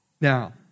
now